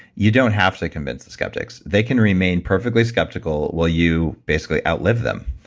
you don't have to convince the skeptics they can remain perfectly skeptical, while you basically outlive them.